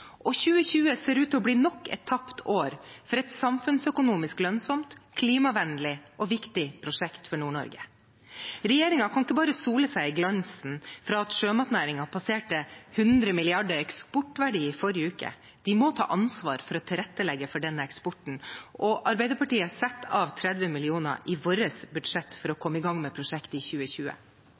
og 2020 ser ut til å bli nok et tapt år for et samfunnsøkonomisk lønnsomt, klimavennlig og viktig prosjekt for Nord-Norge. Regjeringen kan ikke bare sole seg i glansen av at sjømatnæringen passerte 100 mrd. kr i eksportverdi forrige uke. De må ta ansvar for å tilrettelegge for denne eksporten. Arbeiderpartiet setter av 30 mill. kr i sitt budsjett for å komme i gang med prosjektet i 2020.